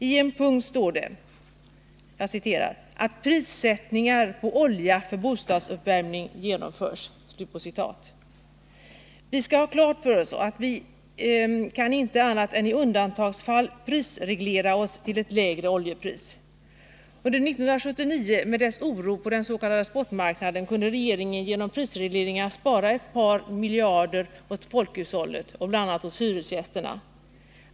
I en punkt står det att man vill att ”prissänkningar på olja för bostadsuppvärmning genomförs”. Vi skall ha klart för oss att vi inte annat än i undantagsfall kan prisreglera oss till ett lägre oljepris. Under 1979 med dess oro på den s.k. spotmarknaden kunde regeringen genom prisregleringar spara ett par miljarder åt folkhushållet, bl.a. åt hyresgästerna.